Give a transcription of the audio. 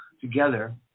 together